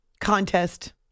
contest